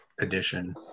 edition